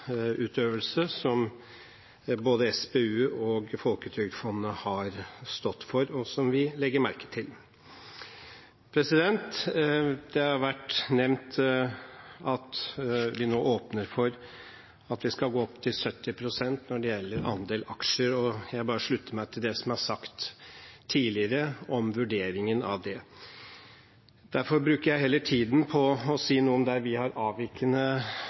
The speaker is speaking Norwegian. som både SPU og Folketrygdfondet har stått for, og som vi legger merke til. Det har vært nevnt at vi nå åpner for at vi skal gå opp til 70 pst. når det gjelder andel aksjer, og jeg bare slutter meg til det som er sagt tidligere om vurderingen av det. Derfor bruker jeg heller tiden på å si noe om de punktene der vi har avvikende